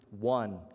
one